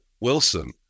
Wilson